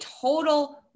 total